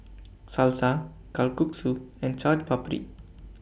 Salsa Kalguksu and Chaat Papri